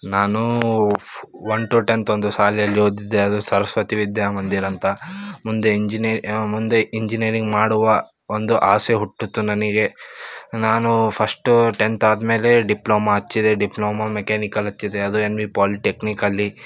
ನಾನು one to tenth ಒಂದು ಶಾಲೆಯಲ್ಲಿ ಓದಿದ್ದೆ ಅದು ಸರಸ್ವತಿ ವಿದ್ಯಾಮಂದಿರ ಅಂತ ಮುಂದೆ ಇಂಜಿನಿ ಮುಂದೆ ಇಂಜಿನಿಯರಿಂಗ್ ಮಾಡುವ ಒಂದು ಆಸೆ ಹುಟ್ಟಿತು ನನಗೆ ನಾನು ಫಶ್ಟ ಟೆಂತ್ ಆದಮೇಲೆ ಡಿಪ್ಲೊಮಾ ಹಚ್ಚಿದೆ ಡಿಪ್ಲೊಮಾ ಮೆಕ್ಯಾನಿಕಲ್ ಹಚ್ಚಿದೆ ಅದು ಎಮ್ ವಿ ಪಾಲಿಟೆಕ್ನಿಕಲ್ಲಿ